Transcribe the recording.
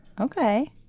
Okay